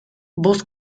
bost